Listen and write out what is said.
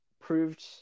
proved